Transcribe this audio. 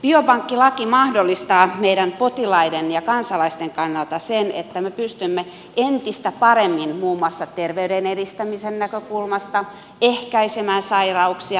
biopankkilaki mahdollistaa meidän potilaiden ja kansalaisten kannalta sen että me pystymme entistä paremmin muun muassa terveyden edistämisen näkökulmasta ehkäisemään sairauksia